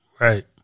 Right